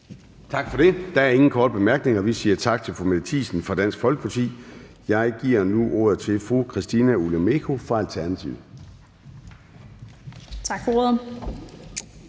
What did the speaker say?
Tak for det. Der er ingen korte bemærkninger. Vi siger tak til fru Mette Thiesen fra Dansk Folkeparti. Jeg giver ordet til fru Christina Olumeko fra Alternativet. Kl.